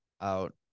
out